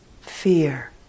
fear